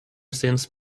since